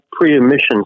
pre-emissions